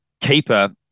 keeper